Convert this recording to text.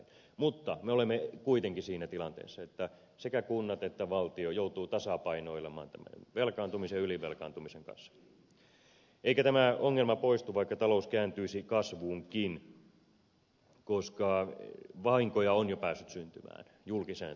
mutta me olemme kuitenkin siinä tilanteessa että sekä kunnat että valtio joutuvat tasapainoilemaan tämän velkaantumisen ja ylivelkaantumisen kanssa eikä tämä ongelma poistu vaikka talous kääntyisi kasvuunkin koska vahinkoja on jo päässyt syntymään julkiseen talouteen nimenomaan